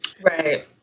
Right